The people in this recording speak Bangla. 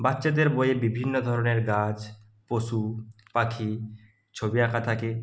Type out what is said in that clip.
বাচ্চাদের বইয়ে বিভিন্ন ধরনের গাছ পশু পাখি ছবি আঁকা থাকে